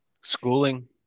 Schooling